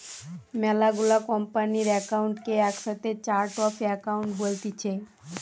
মেলা গুলা কোম্পানির একাউন্ট কে একসাথে চার্ট অফ একাউন্ট বলতিছে